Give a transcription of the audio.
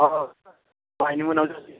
औ बाहायनो मोननायाव